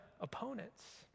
opponents